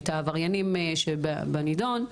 את העבריינים שבנדון,